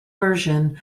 version